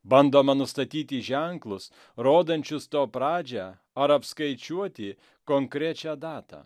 bandoma nustatyti ženklus rodančius to pradžią ar apskaičiuoti konkrečią datą